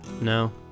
No